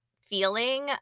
feeling